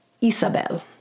isabel